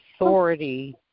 authority